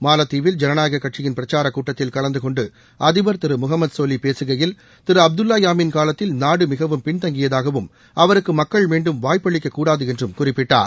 மாலத் தீவில் ஜனநாயக கட்சியின் பிரச்சாரக் கூட்டத்தில் கலந்து கொண்டு அதிபர் திரு முகமது சோலி பேசுகையில் திரு அப்துல்லா யாமின் காலத்தில் நாடு மிகவும் பின்தங்கியதாகவும் அவருக்கு மக்கள் மீண்டும் வாய்ப்பளிக்கக்கூடாது என்றும் அவர் குறிப்பிட்டார்